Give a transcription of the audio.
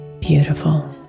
Beautiful